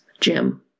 Jim